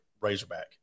Razorback